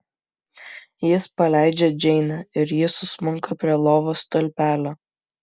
jis paleidžia džeinę ir ji susmunka prie lovos stulpelio